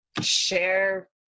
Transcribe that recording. share –